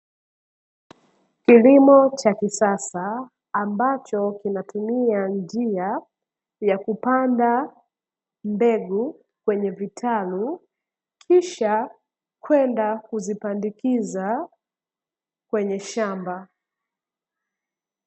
Kilimo cha kisasa ambacho kinatumia njia ya kupanda mbegu kwenye vitalu, kisha kwenda kuzipandikiza kwenye shamba.